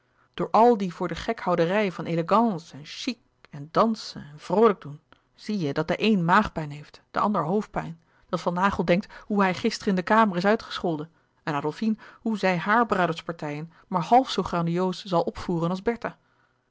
door al die voor den gek houderij van élégance en chic en dansen en vroolijk doen zie je dat de een maagpijn geeft de ander hoofdpijn dat van naghel denkt hoe hij gisteren in de kamer is uitgescholden en adolfine hoe zij haar bruiloftspartijen maar half zoo grandioos zal opvoeren als